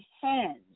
hands